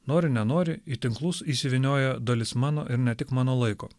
nori nenori į tinklus įsivynioja dalis mano ir ne tik mano laiko